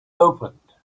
opened